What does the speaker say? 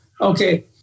Okay